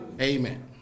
Amen